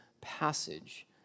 passage